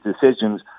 decisions